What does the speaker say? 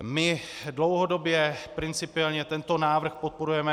My dlouhodobě principiálně tento návrh podporujeme.